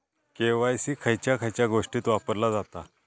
KYC खयच्या खयच्या गोष्टीत वापरला जाता?